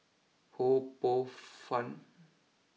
Ho Poh fun